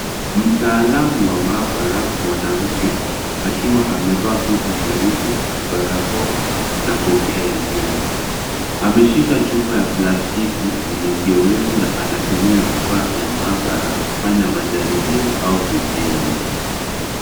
Mtaalamu wa mahabara mwanamke, akiwa amevaa koti jeupe, barakoa na kofia ya nywele. Ameshika chupa ya plastiki, yenye kiyowevu na anatumia vifaa vya mahabara, kufanya majaribio ama vipimo.